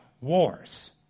wars